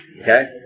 Okay